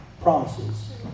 promises